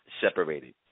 separated